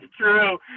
true